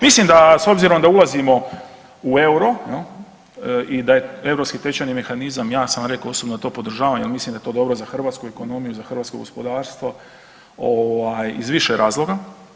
Mislim da s obzirom da ulazimo u euro jel i da je Europski tečajni mehanizam, ja sam vam rekao osobno to podržavam jel mislim da je to dobro za hrvatsku ekonomiju i za hrvatsko gospodarstvo ovaj iz više razloga.